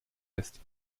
lässt